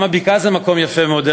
גם הבקעה היא מקום יפה מאוד,